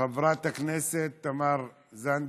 חברת הכנסת תמר זנדברג,